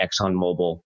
ExxonMobil